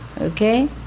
okay